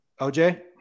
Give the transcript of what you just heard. OJ